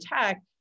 tech